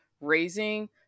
raising